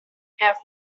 have